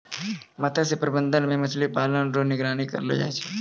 मत्स्य प्रबंधन मे मछली पालन रो निगरानी करलो जाय छै